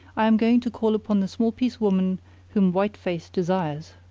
i am going to call upon the small-piece woman whom white-face desires.